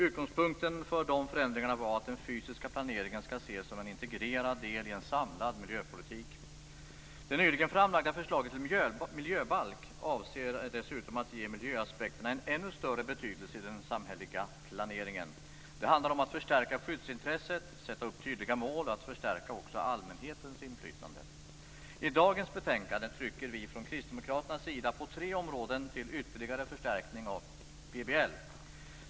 Utgångspunkten för de förändringarna var att den fysiska planeringen skall ses som en integrerad del i en samlad miljöpolitik. Det nyligen framlagda förslaget till miljöbalk avser dessutom att ge miljöaspekterna en ännu större betydelse i den samhälleliga planeringen. Det handlar om att förstärka skyddsintresset, sätta upp tydliga mål och att förstärka också allmänhetens inflytande. I dagens betänkande trycker vi från Kristdemokraternas sida på tre områden där man ytterligare kan förstärka PBL.